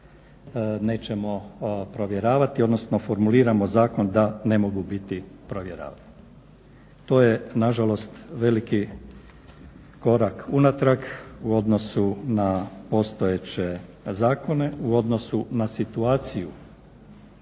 nećemo provjeravati, odnosno formuliramo zakon da ne mogu biti provjeravani. To je nažalost veliki korak unatrag u odnosu na postojeće zakone, u odnosnu na situaciju